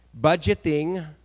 budgeting